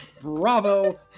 Bravo